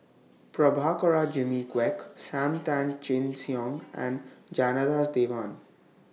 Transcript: Prabhakara Jimmy Quek SAM Tan Chin Siong and Janadas Devan